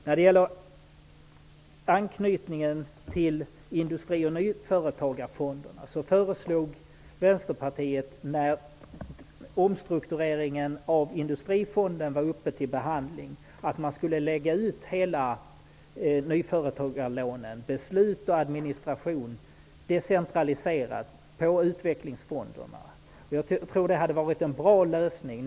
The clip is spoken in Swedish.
När det gäller anknytningen till Industri och nyföretagarfonden föreslog Vänsterpartiet, när omstruktureringen av Industrifonden var uppe till behandling, att man skulle decentralisera och lägga ut nyföretagarlånen med beslut och administration på utvecklingsfonderna. Jag tror att det hade varit en bra lösning.